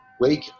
wake